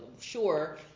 sure